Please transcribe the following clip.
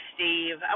Steve